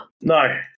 No